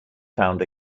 found